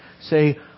say